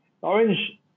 Orange